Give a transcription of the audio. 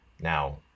Now